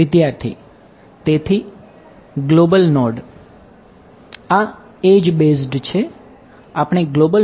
વિદ્યાર્થી તેથી ગ્લોબલ